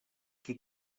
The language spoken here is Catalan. qui